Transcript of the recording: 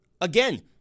Again